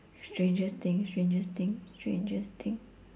strangest thing strangest thing strangest thing